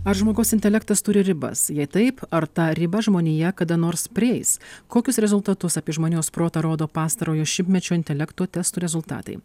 ar žmogaus intelektas turi ribas jei taip ar tą ribą žmonija kada nors prieis kokius rezultatus apie žmonijos protą rodo pastarojo šimtmečio intelekto testų rezultatai